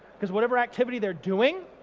because whatever activity they're doing,